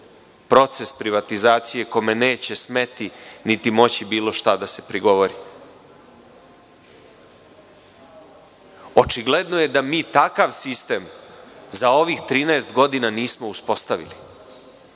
proces privatizacije, a kome neće smeti niti moći bilo šta da se prigovori. Očigledno je da mi takav sistem, za ovih 13 godina, nismo uspostavili.